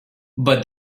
but